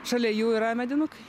šalia jų yra medinukai